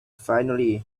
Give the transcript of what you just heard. finally